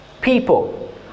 people